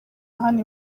hano